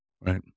right